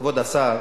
כבוד השר,